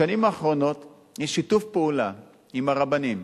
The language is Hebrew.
בשנים האחרונות יש שיתוף פעולה עם הרבנים,